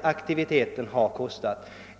åtskilliga tusenlappar.